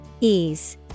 Ease